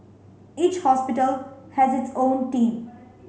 each hospital has its own team